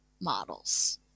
models